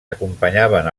acompanyaven